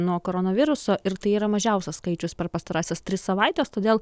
nuo koronaviruso ir tai yra mažiausias skaičius per pastarąsias tris savaites todėl